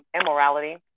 immorality